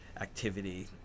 activity